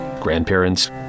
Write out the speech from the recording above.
grandparents